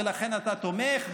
ולכן אתה תומך,